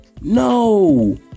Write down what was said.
No